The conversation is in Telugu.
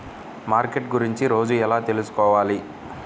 మార్కెట్ గురించి రోజు ఎలా తెలుసుకోవాలి?